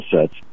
sets